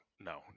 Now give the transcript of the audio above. no